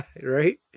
right